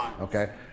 Okay